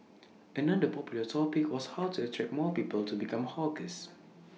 another popular topic was how to attract more people to become hawkers